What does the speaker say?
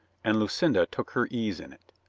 and lucinda took her ease in it.